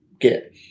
get